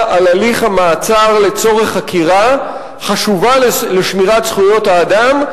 על הליך המעצר לצורך חקירה חשובה לשמירת זכויות האדם,